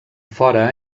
fora